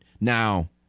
Now